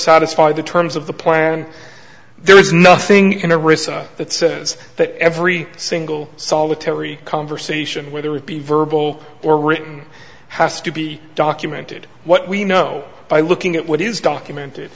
satisfy the terms of the plan there is nothing in the receipt that says that every single solitary conversation whether it be verbal or written has to be documented what we know by looking at what is documented